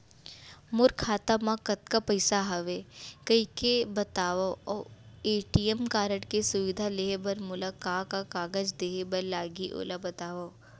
मोर खाता मा कतका पइसा हवये देख के बतावव अऊ ए.टी.एम कारड के सुविधा लेहे बर मोला का का कागज देहे बर लागही ओला बतावव?